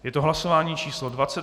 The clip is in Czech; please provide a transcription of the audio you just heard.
Je to hlasování číslo 20.